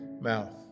mouth